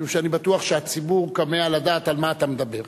משום שאני בטוח שהציבור כמהַ לדעת על מה אתה מדבר,